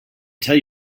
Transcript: tell